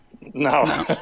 No